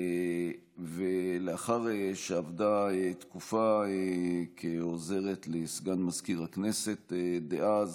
לאחר שעבדה תקופה כעוזרת לסגן מזכיר הכנסת דאז,